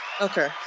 Okay